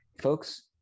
folks